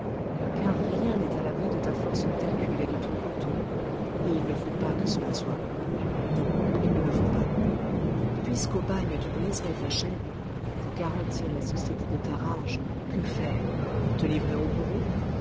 car rien n'est à l'abri de ta force d'hercule et de ton couteau et il ne faut pas que cela soit non il ne le faut pas puisque au bagne tu briserais ta chaîne pour garantir la société de ta rage que faire te livrer au bourreau